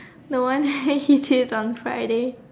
the one that he says on Fridays